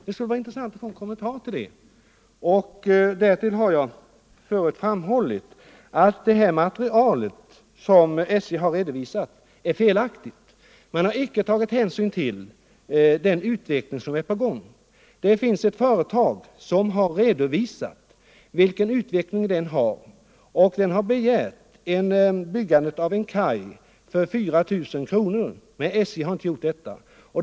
Det skulle vara intressant att få en kommentar till detta. Jag har också framhållit att det material som SJ redovisat är felaktigt. Man tar nämligen inte hänsyn till den utveckling som är på gång. Det finns ett företag som har redovisat hur utvecklingen varit och hemställt om byggandet av en kaj för 4 000 kronor, men SJ har inte bifallit denna hemställan.